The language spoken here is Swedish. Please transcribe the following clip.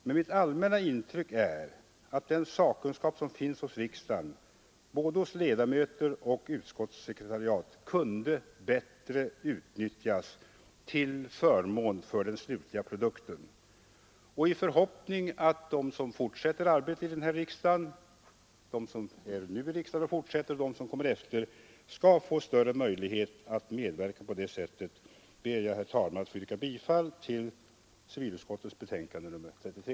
Men mitt allmänna intryck är att den sakkunskap som finns hos riksdagen, både hos ledamöter och utskottssekretariat, kunde bättre utnyttjas till förmån för den slutliga produkten. I förhoppning att de som nu är i riksdagen och fortsätter arbetet där liksom de som kommer senare skall få större möjlighet att medverka, ber jag, herr talman, att få yrka bifall till civilutskottets betänkande nr 33.